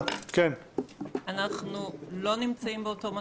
אנחנו לא נמצאים באותו מצב,